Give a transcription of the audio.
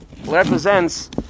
represents